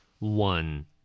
One